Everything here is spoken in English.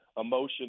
emotion